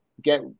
get